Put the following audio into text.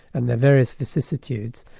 and their various vicissitudes,